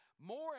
More